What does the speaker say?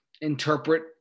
interpret